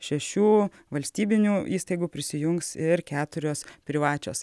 šešių valstybinių įstaigų prisijungs ir keturios privačios